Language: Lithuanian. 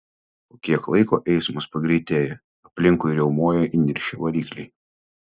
po kiek laiko eismas pagreitėja aplinkui riaumoja įniršę varikliai